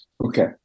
Okay